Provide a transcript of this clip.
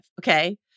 Okay